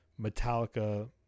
Metallica